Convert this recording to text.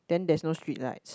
then there is not street light